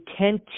tend